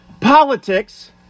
politics